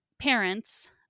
parents